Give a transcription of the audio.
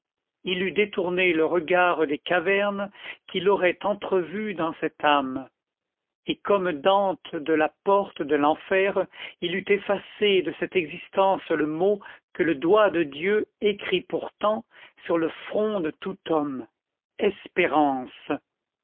il eût détourné le regard des cavernes qu'il aurait entrevues dans cette âme et comme dante de la porte de l'enfer il eût effacé de cette existence le mot que le doigt de dieu écrit pourtant sur le front de tout homme espérance